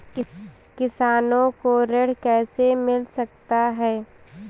किसानों को ऋण कैसे मिल सकता है?